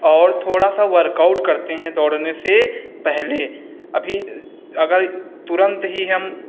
और थोड़ा सा वर्कआउट करते हैं दौड़ने से पहले अभी अगर तुरंत ही हम